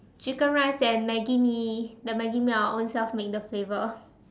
chicken rice and Maggi mee the Maggi mee I will own self make the flavour